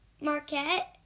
Marquette